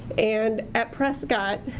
and at prescott,